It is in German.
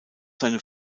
seine